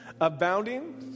Abounding